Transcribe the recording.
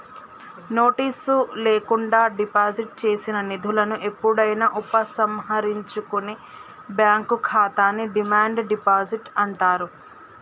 notice లేకుండా deposit చేసిన నిధులను ఎప్పుడైనా ఉపసంహరించుకునే బ్యాంక్ ఖాతాని డిమాండ్ డిపాజిట్ అంటారు